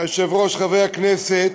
אדוני היושב-ראש, חברי הכנסת,